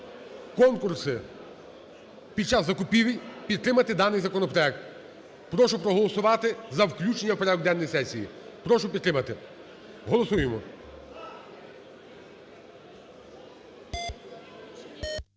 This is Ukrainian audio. конкурси під час закупівель підтримати даний законопроект. Прошу проголосувати за включення в порядок денний сесії. Прошу підтримати. Голосуємо.